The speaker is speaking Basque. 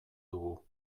dugu